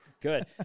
Good